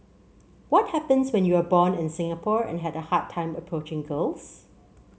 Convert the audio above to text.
what happens when you are born in Singapore and had a hard time approaching girls